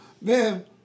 man